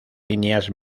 líneas